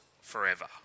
forever